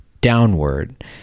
downward